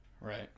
Right